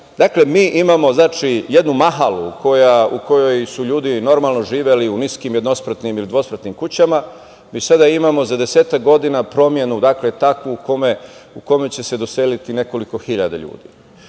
su. Dakle, mi imao jednu mahalu u kojoj su ljudi normalno živeli u uskim jednospratnim ili dvospratnim kućama, mi sada imamo za desetak godina promenu takvu u kojoj će se doseliti nekoliko hiljada ljudi. Šta